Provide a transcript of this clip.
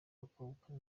bakobwa